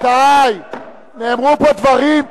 נאמרו פה דברים.